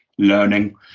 learning